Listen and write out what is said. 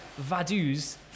Vaduz